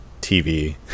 TV